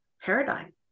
paradigm